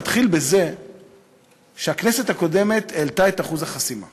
נתחיל בזה שהכנסת הקודמת העלתה את אחוז החסימה